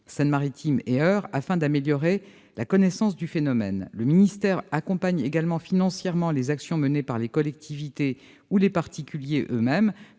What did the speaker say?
Seine-Maritime et de l'Eure, afin d'améliorer la connaissance du phénomène. Le ministère accompagne également financièrement les actions menées par les collectivités ou les particuliers eux-mêmes,